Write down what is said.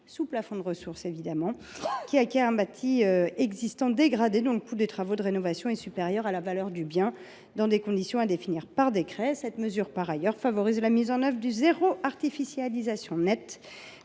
sous plafond de ressources, évidemment – qui acquièrent un bâti existant dégradé dont le coût des travaux de rénovation est supérieur à la valeur du bien, dans des conditions à définir par décret. Cette mesure favoriserait la mise en œuvre du zéro artificialisation nette,